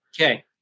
Okay